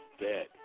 dead